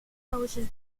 hause